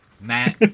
Matt